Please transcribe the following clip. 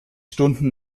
stunden